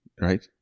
right